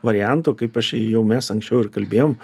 varianto kaip aš ir jau mes anksčiau ir kalbėjom